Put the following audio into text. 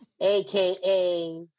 AKA